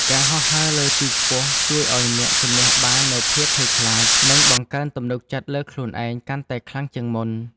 ការហោះហើរលើទីខ្ពស់ជួយឱ្យអ្នកជម្នះបាននូវភាពភ័យខ្លាច និងបង្កើនទំនុកចិត្តលើខ្លួនឯងកាន់តែខ្លាំងជាងមុន។